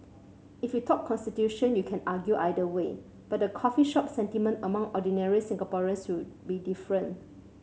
if you talk constitution you can argue either way but the coffee shop sentiment among ordinary Singaporeans will be different